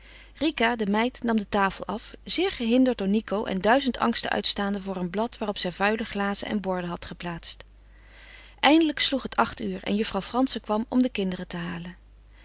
rika de meid nam de tafel af zeer gehinderd door nico en duizend angsten uitstaande voor een blad waarop zij vuile glazen en borden had geplaatst eindelijk sloeg het acht uur en juffrouw frantzen kwam om de kinderen te halen